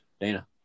Dana